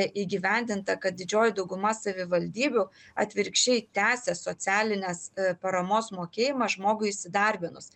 įgyvendinta kad didžioji dauguma savivaldybių atvirkščiai tęsia socialinės paramos mokėjimą žmogui įsidarbinus